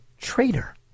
traitor